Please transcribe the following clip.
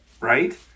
right